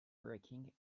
wrecking